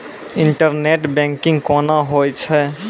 Internet banking कोना होय छै?